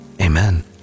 Amen